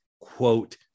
quote